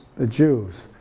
the jews,